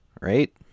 Right